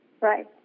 Right